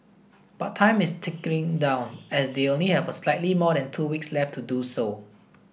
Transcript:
but time is ticking down as they only have slightly more than two weeks left to do so